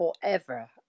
forever